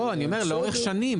לא, אני אומר לאורך שנים.